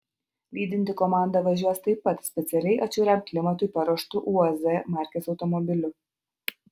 lydinti komanda važiuos taip pat specialiai atšiauriam klimatui paruoštu uaz markės automobiliu